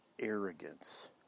arrogance